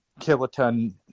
kiloton